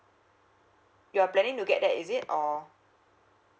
you are planning to get that is it or